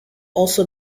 also